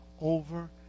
Over